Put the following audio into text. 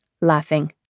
laughing